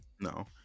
No